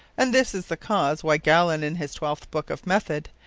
and this is the cause why gallen in his twelfth booke of method,